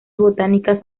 botánicas